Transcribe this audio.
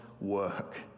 work